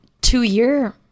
two-year